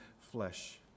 flesh